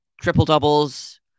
triple-doubles